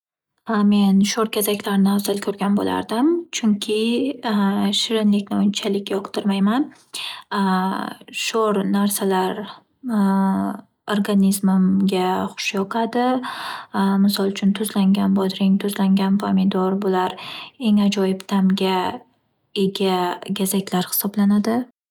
Men sho'r gazaklarni afzal ko'rgan bo'lardim. Chunki shirinlikni unchalik yoqtirmayman. Sho'r narsalar organizmimga xush yoqadi. Misol uchun, tuzlangan bodring, tuzlangan pamidor eng ajoyib ta'mga ega gazaklar hisoblanadi.